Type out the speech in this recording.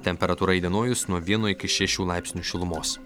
temperatūra įdienojus nuo vieno iki šešių laipsnių šilumos